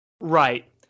Right